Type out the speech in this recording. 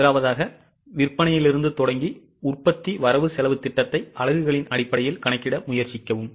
முதலாவதாக விற்பனையிலிருந்து தொடங்கி உற்பத்தி வரவு செலவுத் திட்டத்தை அலகுகளின் அடிப்படையில் கணக்கிட முயற்சிக்கவும்